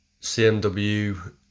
CMW